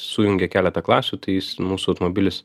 sujungia keletą klasių tai jis mūsų automobilis